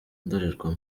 ndorerwamo